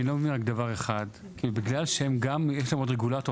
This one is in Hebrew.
אני לא מבין רק דבר אחד: בגלל שיש להם עוד רגולטור